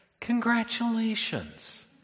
Congratulations